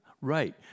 right